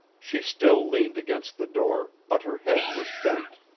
she still leaned against the door, but her head was bent.